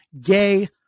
gay